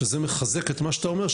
זה מחזק את מה שאתה אומר,